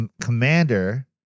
commander